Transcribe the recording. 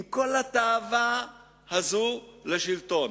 עם כל התאווה הזאת לשלטון.